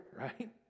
right